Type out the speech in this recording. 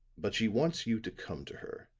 but she wants you to come to her